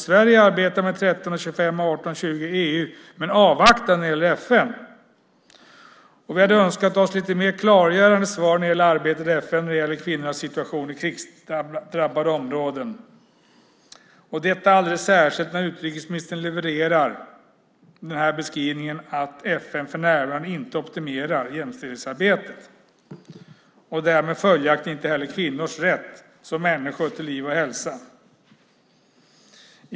Sverige arbetar med 1325 och 1820 i EU men avvaktar när det gäller FN. Vi hade önskat oss lite mer klargörande svar när det gäller arbetet i FN och när det gäller kvinnornas situation i krigsdrabbade områden, detta alldeles särskilt när utrikesministern levererar beskrivningen att FN för närvarande inte optimerar jämställdhetsarbetet och därmed följaktligen inte heller kvinnors rätt som människor till liv och hälsa.